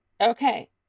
okay